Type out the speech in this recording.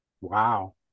Wow